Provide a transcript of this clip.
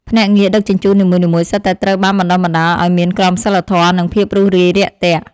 ភ្នាក់ងារដឹកជញ្ជូននីមួយៗសុទ្ធតែត្រូវបានបណ្តុះបណ្តាលឱ្យមានក្រមសីលធម៌និងភាពរុះរាយរាក់ទាក់។